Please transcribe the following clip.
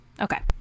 Okay